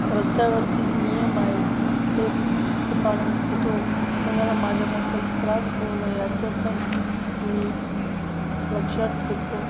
रस्त्यावरचे जे नियम आहे ते त्याचे पालन करतो कोणाला माझ्याबद्दल त्रास होऊ नये याचं पण मी लक्षात घेतो